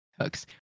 hooks